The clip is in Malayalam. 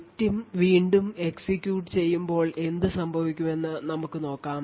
Victim വീണ്ടും execute ചെയ്യുമ്പോൾ എന്ത് സംഭവിക്കുമെന്ന് നമുക്ക് നോക്കാം